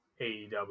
AEW